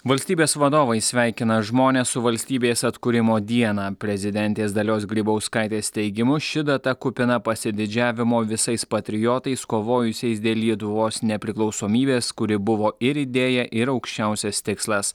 valstybės vadovai sveikina žmones su valstybės atkūrimo diena prezidentės dalios grybauskaitės teigimu ši data kupina pasididžiavimo visais patriotais kovojusiais dėl lietuvos nepriklausomybės kuri buvo ir idėja ir aukščiausias tikslas